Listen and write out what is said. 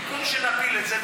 במקום שנפיל את זה,